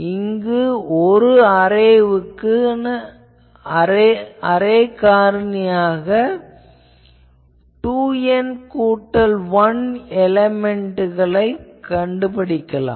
இங்கு ஒரு அரேவுக்கு அரே காரணியை 2N கூட்டல் 1 எலேமென்ட்களுக்குக் கண்டுபிடிக்கலாம்